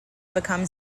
become